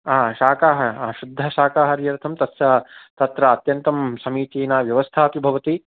आं शाकाहा ह शुद्धशाकाहारी अर्थं तस्य तत्र अत्यन्तं समीचीना व्यवस्था अपि भवति